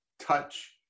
touch